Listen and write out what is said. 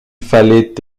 fallait